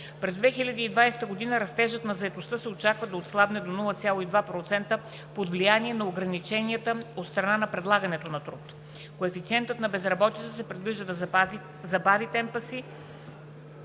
През 2020 г. растежът на заетостта се очаква да отслабне до 0,2% под влияние на ограниченията от страна на предлагането на труд. Коефициентът на безработица се предвижда да забави темпа си